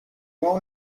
qual